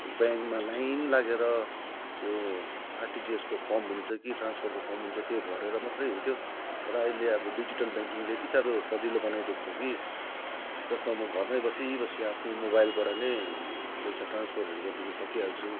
अब ब्याङ्कमा लाइन लागेर त्यो आर्टिजिएसको फर्म हुन्छ कि ट्रान्सफरको फर्म हुन्छ त्यो भरेर मात्रै हुन्थ्यो तर अहिले अब डिजिटल ब्याङ्किङले यति साह्रो सजिलो बनाइदिएको छ कि जसमा म घरमै बसी बसी आफ्नो मोबाइलबाट नै पैसा ट्रान्सफरहरू गरिदिनु सकिहाल्छु